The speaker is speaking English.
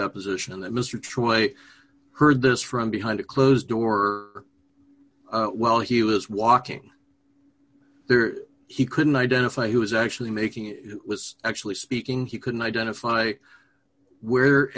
deposition that mr troy heard this from behind a closed door while he was walking there he couldn't identify who was actually making it was actually speaking he couldn't identify where